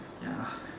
ya